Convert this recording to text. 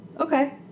Okay